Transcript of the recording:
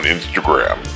Instagram